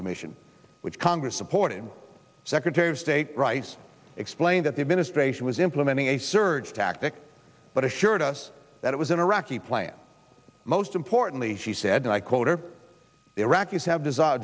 commission which congress supported secretary of state rice explained that the administration was implementing a surge tactic but assured us that it was an iraqi plan most importantly she said and i quote are the iraqis have d